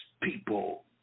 people